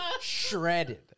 Shredded